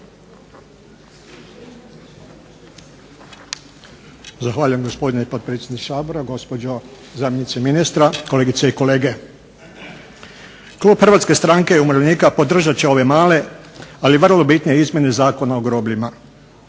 Zahvaljujem gospodine potpredsjedniče Sabora. Gospođo zamjenice ministra, kolegice i kolege. Klub HSU-a podržat će ove male ali vrlo bitne izmjene Zakona o grobljima.